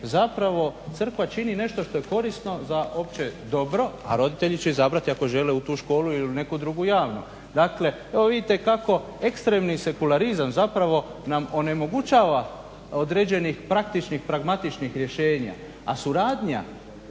zapravo crkva čini nešto što je korisno za opće dobro, a roditelji će izabrati ako žele u tu školu ili u neku drugu javnu. Dakle evo vidite kako ekstremni sekularizam zapravo nam onemogućava određenih praktičnih pragmatičnih rješenja, a suradnja